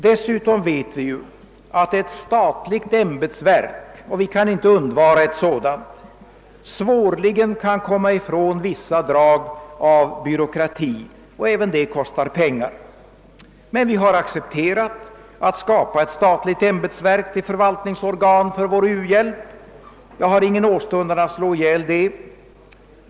Dessutom vet vi att ett statligt ämbetsverk — och vi kan inte undvara ett sådant — svårligen kan komma ifrån vissa drag av byråkrati. även det kostar pengar. Men vi har accepterat att skapa ett statligt ämbetsverk till förvaltningsorgan för vår u-hjälp, och jag har ingen åstundan att slå ihjäl det.